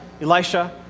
Elisha